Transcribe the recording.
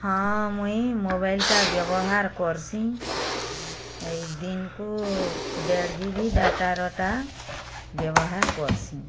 ହଁ ମୁଇଁ ମୋବାଇଲଟା ବ୍ୟବହାର କରସିଁ ଏଇ ଦିନକୁ ଦେଢ଼ ଜିବି ଡାଟାରଟା ବ୍ୟବହାର କରସିଁ